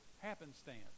happenstance